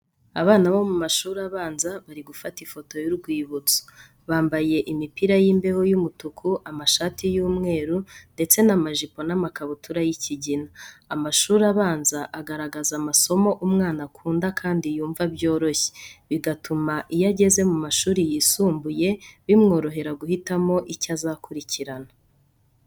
Abana bo mu mashuri abanza bari gufata ifoto y'urwibutso, bambaye imipira y'imbeho y'umutuku, amashati y'umweru ndetse n'amajipo n'amakabutura y'ikigina, amashuri abanza agaragaza amasomo umwana akunda kandi yumva byoroshye bigatuma iyo ageze mu amashuri yisumbuye bimworohera guhitamo icyo azakurikirana.